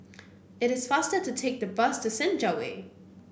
it is faster to take the bus to Senja Way